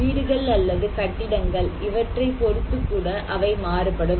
வீடுகள் அல்லது கட்டிடங்கள் இவற்றைப் பொறுத்து கூட அவை மாறுபடும்